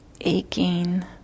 aching